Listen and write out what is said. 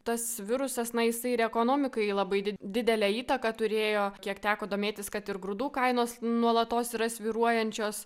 tas virusas na jis ir ekonomikai labai didelę įtaką turėjo kiek teko domėtis kad ir grūdų kainos nuolatos yra svyruojančios